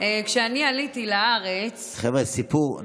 כשאני עליתי לארץ חבר'ה, סיפור.